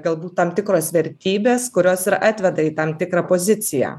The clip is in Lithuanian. galbūt tam tikros vertybės kurios atveda į tam tikrą poziciją